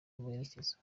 berekeza